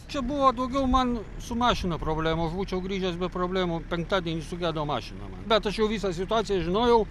čia buvo daugiau man su mašina problemos aš būčiau grįžęs be problemų penktadienį sugedo mašina man bet aš jau visą situaciją žinojau